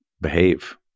behave